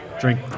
drink